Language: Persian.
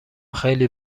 خیلی